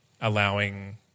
allowing